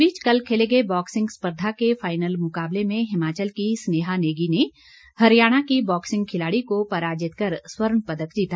इस बीच कल खेले गए बॉक्सिंग स्पर्धा के फाईनल मुकाबले में हिमाचल की स्नेहा नेगी ने हरियाणा की बॉक्सिंग खिलाड़ी को पराजित कर स्वर्ण पदक जीता